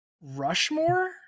Rushmore